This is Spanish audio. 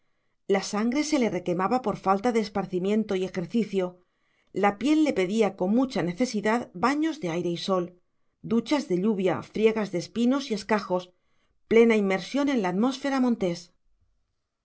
la sangre se le requemaba por falta de esparcimiento y ejercicio la piel le pedía con mucha necesidad baños de aire y sol duchas de lluvia friegas de espinos y escajos plena inmersión en la atmósfera montés